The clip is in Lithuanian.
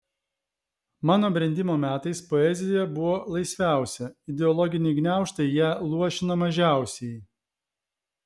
mano brendimo metais poezija buvo laisviausia ideologiniai gniaužtai ją luošino mažiausiai